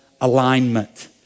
Alignment